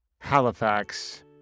Halifax